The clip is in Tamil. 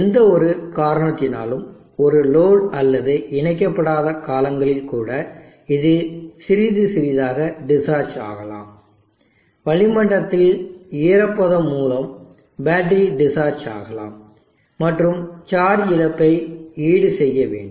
எந்தவொரு காரணத்தினாலும் ஒரு லோடு அல்லது இணைக்கப்படாத காலங்களில் கூட இது சிறிது சிறிதாக டிஸ்சார்ஜ் ஆகலாம் வளிமண்டலத்தில் ஈரப்பதம் மூலம் பேட்டரி டிஸ்சார்ஜ் ஆகலாம் மற்றும் சார்ஜ் இழப்பை ஈடுசெய்ய வேண்டும்